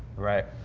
right.